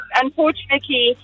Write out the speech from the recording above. unfortunately